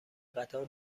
قطار